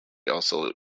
also